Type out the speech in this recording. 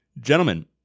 Gentlemen